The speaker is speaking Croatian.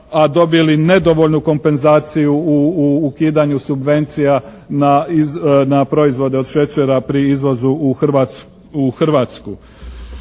a dobili nedovoljnu kompenzaciju u ukidanju subvencija na proizvode od šećera pri izvozu u Hrvatsku.